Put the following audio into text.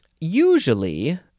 Usually